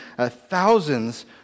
thousands